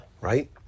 right